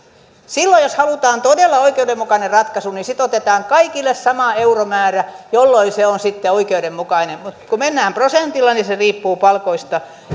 silloin jos halutaan todella oikeudenmukainen ratkaisu niin sitten otetaan kaikille sama euromäärä jolloin se on sitten oikeudenmukainen mutta kun mennään prosentilla niin se riippuu palkoista